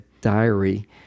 diary